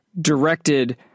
directed